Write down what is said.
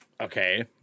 Okay